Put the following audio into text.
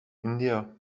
india